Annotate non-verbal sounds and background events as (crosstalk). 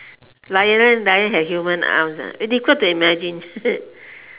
lion lion have human arms ah difficult to imagine (laughs)